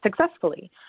successfully